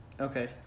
Okay